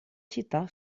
città